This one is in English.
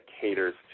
caters